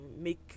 make